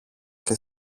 και